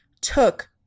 took